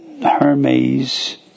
Hermes